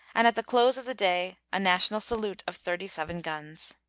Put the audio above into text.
and at the close of the day a national salute of thirty-seven guns.